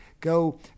go